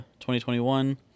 2021